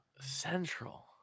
Central